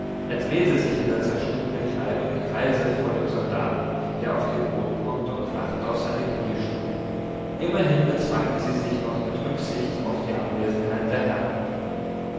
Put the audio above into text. er drehte sich in der zerschnittenen kleidung im kreise vor dem soldaten der auf dem boden hockte und lachend auf seine knie schlug immerhin bezwangen sie sich noch mit rücksicht auf die anwesenheit der herren